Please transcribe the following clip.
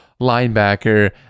linebacker